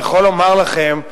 אני יכול לומר לכם,